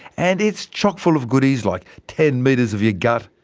and it's chock full of goodies like ten metres of your gut,